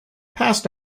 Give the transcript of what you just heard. passed